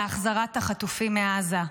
להחזרת החטופים מעזה.